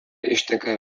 išteka